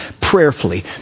Prayerfully